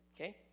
okay